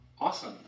Awesome